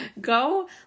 Go